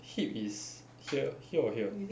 hip is here here or here